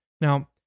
Now